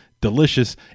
delicious